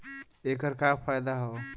ऐकर का फायदा हव?